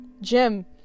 Jim